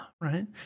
right